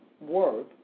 worth